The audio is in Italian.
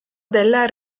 della